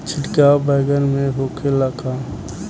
छिड़काव बैगन में होखे ला का?